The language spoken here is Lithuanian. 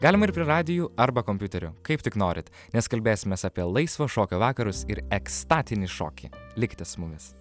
galima ir prie radijų arba kompiuterių kaip tik norit nes kalbėsimės apie laisvo šokio vakarus ir ekstatinį šokį likite su mumis